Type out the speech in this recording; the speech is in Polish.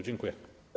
Dziękuję.